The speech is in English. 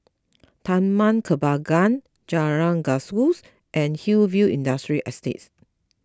Taman Kembangan Jalan Gajus and Hillview Industrial Estate